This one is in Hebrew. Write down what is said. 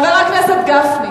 חבר הכנסת גפני,